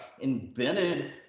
invented